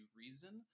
reason